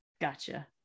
Gotcha